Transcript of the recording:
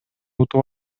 утуп